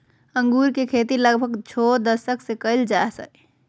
अंगूर के खेती लगभग छो दशक से कइल जा हइ